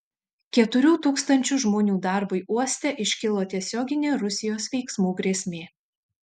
keturių tūkstančių žmonių darbui uoste iškilo tiesioginė rusijos veiksmų grėsmė